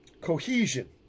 Cohesion